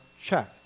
check